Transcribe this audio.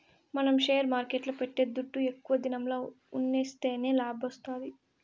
మనం షేర్ మార్కెట్ల పెట్టే దుడ్డు ఎక్కువ దినంల ఉన్సిస్తేనే లాభాలొత్తాయి